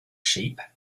sheep